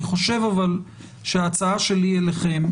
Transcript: אבל אני חושב שההצעה שלי אליכם,